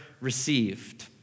received